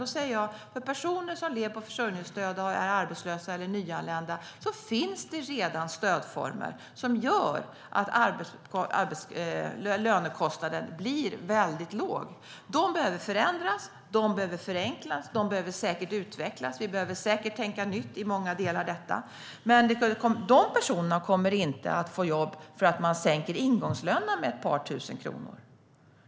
Då säger jag att för personer som är arbetslösa eller nyanlända och lever på försörjningsstöd finns det redan stödformer som gör att lönekostnaden blir väldigt låg. De stödformerna behöver förändras och förenklas, och de behöver säkert utvecklas. Vi behöver säkert tänka nytt i många delar av detta. Men de personerna kommer inte att få jobb för att man sänker ingångslönen med ett par tusen kronor.